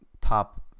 top